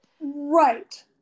right